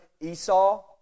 Esau